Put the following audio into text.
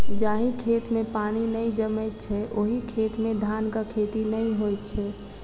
जाहि खेत मे पानि नै जमैत छै, ओहि खेत मे धानक खेती नै होइत छै